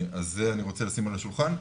אז זה אני רוצה לשים על השולחן.